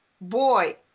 boy